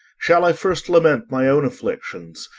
shall i first lament my own afflictions,